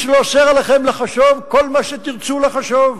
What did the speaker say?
איש לא אוסר עליכם לחשוב כל מה שתרצו לחשוב.